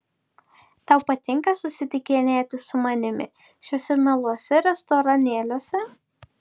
tau patinka susitikinėti su manimi šiuose mieluose restoranėliuose